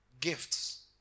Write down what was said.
gifts